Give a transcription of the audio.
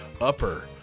Upper